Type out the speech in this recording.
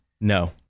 No